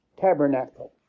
tabernacle